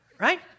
right